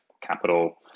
capital